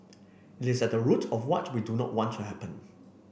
it is at the root of what we do not want to happen